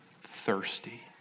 thirsty